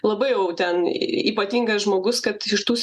labai jau ten ypatingas žmogus kad iš tų